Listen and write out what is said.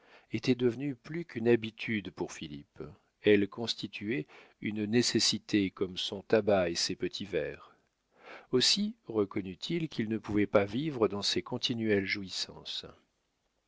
était devenue plus qu'une habitude pour philippe elle constituait une nécessité comme son tabac et ses petits verres aussi reconnut il qu'il ne pouvait pas vivre sans ces continuelles jouissances